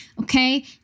okay